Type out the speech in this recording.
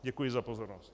Děkuji za pozornost.